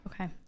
Okay